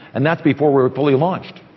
and that's before we were fully launched.